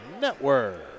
Network